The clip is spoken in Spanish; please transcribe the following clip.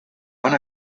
van